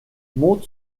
monte